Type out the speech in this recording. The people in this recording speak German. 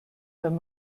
wenn